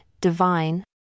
divine